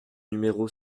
numéro